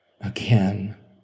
again